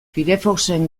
firefoxen